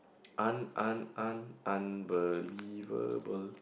un~ un~ un~ unbelievable